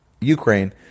Ukraine